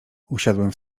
usiadłem